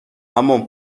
همان